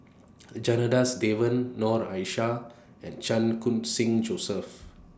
Janadas Devan Noor Aishah and Chan Khun Sing Joseph